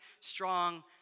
strong